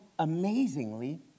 amazingly